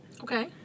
Okay